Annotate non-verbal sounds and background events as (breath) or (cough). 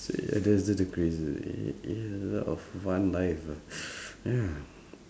so ya that's that's the craziest eh ya oh f~ fun life ah (breath) ya